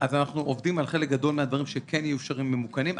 אנחנו עובדים על חלק גדול מהדברים שכן יהיו אפשריים וממוכנים.